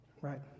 right